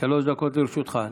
שלוש דקות לרשותך.